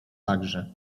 także